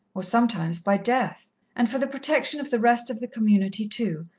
or sometimes by death and for the protection of the rest of the community, too,